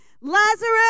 Lazarus